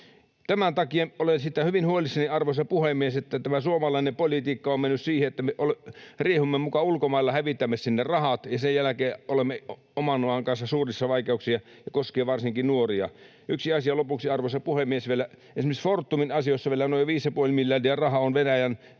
Tämän takia olen siitä hyvin huolissani, arvoisa puhemies, että tämä suomalainen politiikka on mennyt siihen, että me riehumme ulkomailla, hävitämme sinne rahat ja sen jälkeen olemme oman maan kanssa suurissa vaikeuksissa, ja koskee varsinkin nuoria. Yksi asia vielä lopuksi, arvoisa puhemies: esimerkiksi Fortumin asioissa on rahaa vielä noin 5,5 miljardia Venäjän